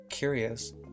Curious